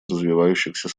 развивающихся